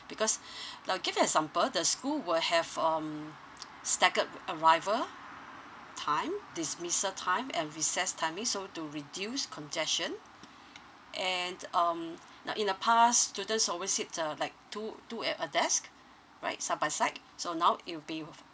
because I'll give you example the school will have um staggered arrival time dismissal time and recess timing so to reduce congestion and um now in the past students always sit uh like two two at a desk alright side by side so now it will be of